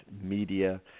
media